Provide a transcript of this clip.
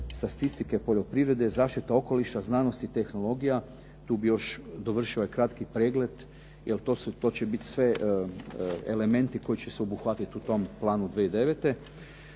statistike poljoprivrede, zaštita okoliša, znanost i tehnologija. Tu bi još dovršio ovaj kratki pregled jer to će bit sve elementi koji će se obuhvatit u tom planu 2009.